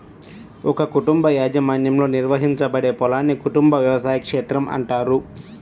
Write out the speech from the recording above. ఒక కుటుంబ యాజమాన్యంలో నిర్వహించబడే పొలాన్ని కుటుంబ వ్యవసాయ క్షేత్రం అంటారు